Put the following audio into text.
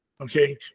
Okay